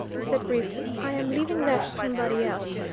he said briefly. i am leaving that to somebody else.